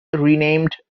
renamed